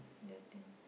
the thing